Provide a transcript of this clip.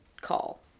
call